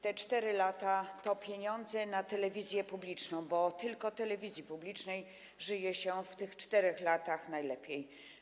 Te 4 lata to pieniądze na telewizję publiczną, bo tylko telewizji publicznej żyje się przez te 4 lata najlepiej.